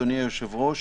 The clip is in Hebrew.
אדוני היושב ראש,